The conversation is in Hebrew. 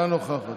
אינה נוכחת,